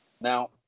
Now